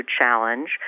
challenge